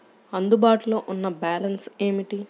అందుబాటులో ఉన్న బ్యాలన్స్ ఏమిటీ?